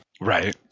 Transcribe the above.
Right